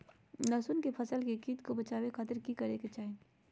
लहसुन के फसल के कीट से बचावे खातिर की करे के चाही?